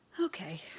Okay